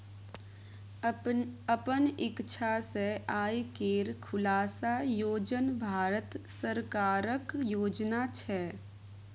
अपन इक्षा सँ आय केर खुलासा योजन भारत सरकारक योजना छै